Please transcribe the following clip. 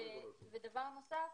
שוב,